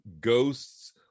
ghosts